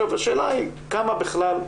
השאלה היא כמה בכלל,